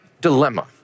dilemma